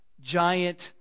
giant